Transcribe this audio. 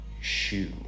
shoe